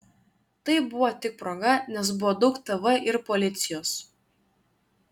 tai buvo tik proga nes buvo daug tv ir policijos